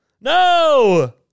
No